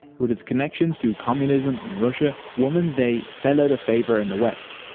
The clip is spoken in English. with its connection to communism and russia, woman's day fell out of favour in the west.